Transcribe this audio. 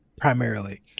primarily